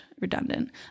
Redundant